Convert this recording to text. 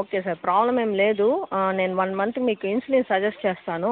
okay sir problem ఏం లేదు నేను వన్ మంత్కి మీకు ఇన్సులిన్ సజెస్ట్ చేస్తాను